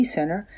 Center